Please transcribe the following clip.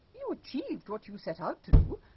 you achieved what you set out to do.